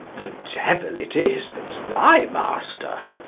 the devil it is that's thy master.